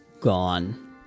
gone